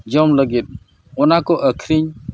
ᱡᱚᱢ ᱞᱟᱹᱜᱤᱫ ᱚᱱᱟ ᱠᱚ ᱟᱹᱠᱷᱨᱤᱧ